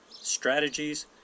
strategies